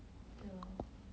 对 lor